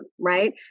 right